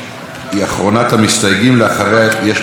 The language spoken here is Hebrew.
אחריה יש בקשת דיבור של אורן אסף חזן,